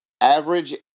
average